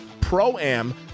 Pro-Am